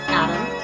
adam